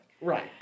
Right